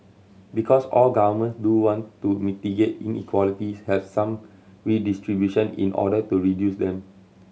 because all government do want to mitigate inequalities have some redistribution in order to reduce them